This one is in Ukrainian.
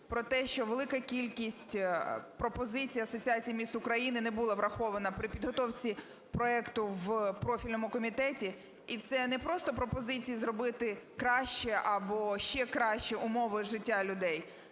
про те, що велика кількість пропозицій Асоціації міст України не була врахована при підготовці проекту в профільному комітеті. І це не просто пропозиції зробити краще або ще краще умови життя людей.